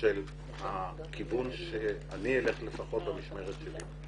של הכיוון שאני אלך בו לפחות במשמרת שלי.